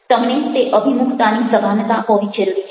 તમને તે અભિમુખતાની સભાનતા હોવી જરૂરી છે